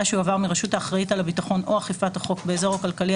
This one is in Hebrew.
שהועבר מרשות האחראית על הבטחון או אכיפת החוק באזורהכלכלי